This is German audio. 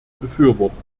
befürworten